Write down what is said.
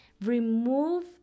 Remove